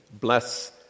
Bless